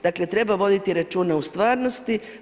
Dakle, treba voditi računa u stvarnosti.